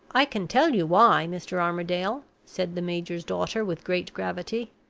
i can tell you why, mr. armadale, said the major's daughter, with great gravity.